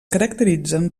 caracteritzen